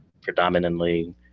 predominantly